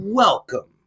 welcome